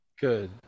Good